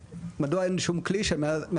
מדוע אין שום כלי שמאפשר